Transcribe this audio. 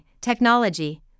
technology